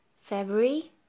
February